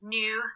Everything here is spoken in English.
new